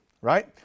right